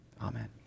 Amen